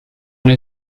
nel